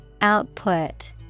Output